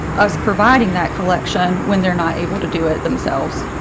us providing that collection when they're not able to do it themselves.